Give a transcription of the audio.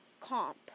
comp